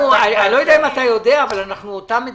אני לא יודע, אבל אנחנו אותה מדינה.